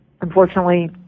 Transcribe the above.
unfortunately